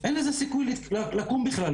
אין לזה סיכוי לקום בכלל,